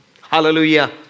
Hallelujah